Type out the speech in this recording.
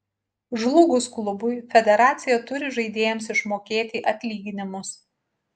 žlugus klubui federacija turi žaidėjams išmokėti atlyginimus